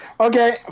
Okay